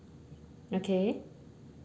okay